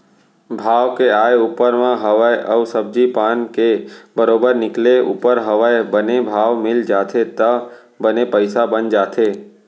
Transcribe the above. भाव के आय ऊपर म हवय अउ सब्जी पान के बरोबर निकले ऊपर हवय बने भाव मिल जाथे त बने पइसा बन जाथे